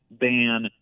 ban